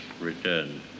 returned